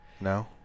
No